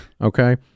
okay